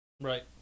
Right